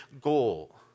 goal